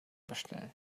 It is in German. bestellen